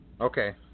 Okay